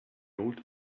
old